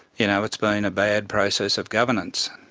you know, it's been a bad process of governance.